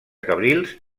cabrils